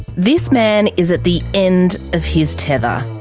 this man is at the end of his tether.